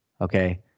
okay